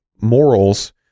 morals